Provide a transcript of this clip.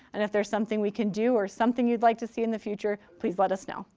and if there's something we can do or something you'd like to see in the future, please let us know.